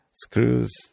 Screws